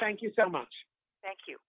thank you so much thank you